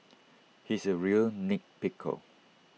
he is A real nit pickle